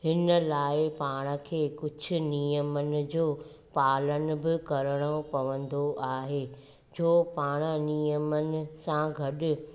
हिन लाइ पाण खे कुझु नियमन जो पालनि बि करिणो पवंदो आहे छो पाण नियमनि सां गॾु